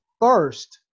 first